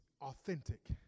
authentic